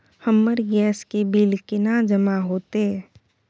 हमर गैस के बिल केना जमा होते?